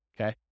okay